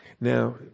Now